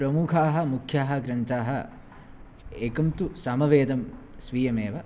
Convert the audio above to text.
प्रमुखाः मुख्याः ग्रन्थाः एकं तु सामवेदं स्वीयमेव